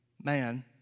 man